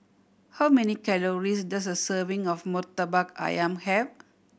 how many calories does a serving of Murtabak Ayam have